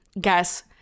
guess